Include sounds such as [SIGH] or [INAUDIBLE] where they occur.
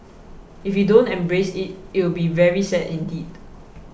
if we don't embrace it it'll be very sad [NOISE] indeed